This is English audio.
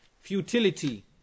futility